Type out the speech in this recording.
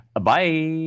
Bye